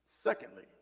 Secondly